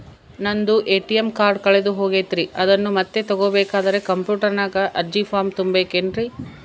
ನಂದು ATM card ಕಳೆದು ಹೋಗೈತ್ರಿ ಅದನ್ನು ಮತ್ತೆ ತಗೋಬೇಕಾದರೆ ಕಂಪ್ಯೂಟರ್ ನಾಗ ಅರ್ಜಿ ಫಾರಂ ತುಂಬಬೇಕನ್ರಿ?